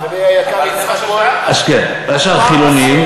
והשאר חילונים.